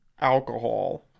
alcohol